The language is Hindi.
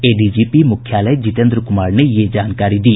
एडीजीपी मुख्यालय जितेन्द्र कुमार ने यह जानकारी दी